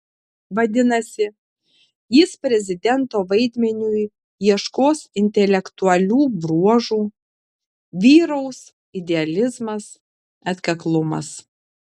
vadinasi jis prezidento vaidmeniui ieškos intelektualių bruožų vyraus idealizmas atkaklumas